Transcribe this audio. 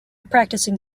practicing